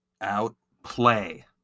Outplay